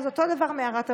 אותו דבר מערת המכפלה: